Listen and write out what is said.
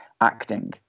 acting